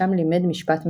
שם לימד משפט מסחרי.